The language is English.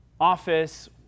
office